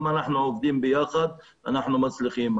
אם אנחנו עובדים ביחד אז אנחנו מצליחים.